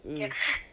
mm